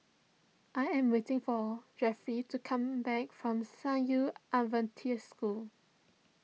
I am waiting for Jeffie to come back from San Yu Adventist School